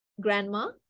Grandma